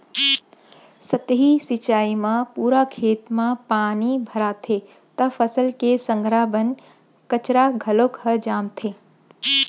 सतही सिंचई म पूरा खेत म पानी भराथे त फसल के संघरा बन कचरा घलोक ह जामथे